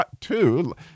two